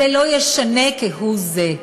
זה לא ישנה כהוא-זה.